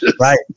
right